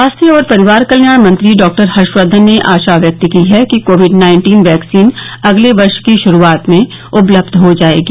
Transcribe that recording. स्वास्थ्य और परिवार कल्याण मंत्री डॉ हर्षवर्धन ने आशा व्यक्त की है कि कोविड नाइन्टीन वैक्सीन अगले वर्ष की श्रुआत में उपलब्ध हो जाएगा